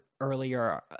earlier